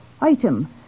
Item